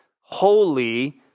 holy